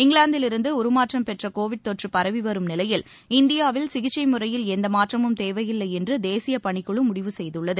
இங்கிலாந்திவிருந்து உருமாற்றம் பெற்ற கோவிட் தொற்று பரவிவரும் நிலையில் இந்தியாவில் சிகிச்சை முறையில் எந்த மாற்றமும் தேவையில்லை என்று தேசிய பணிக்குழு முடிவு செய்துள்ளது